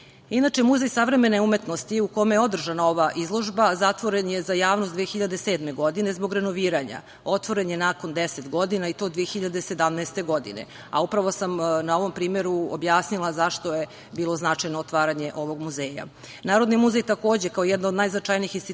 Muzej savremene umetnosti u kome je održana ova izložba zatvoren je za javnost 2007. godine zbog renoviranja. Otvoren je nakon 10 godina i to 2017. godine, a upravo sam na ovom primeru objasnila zašto je bilo značajno otvaranje ovog muzeja. Narodni muzej, takođe kao jedna od najznačajnijih institucija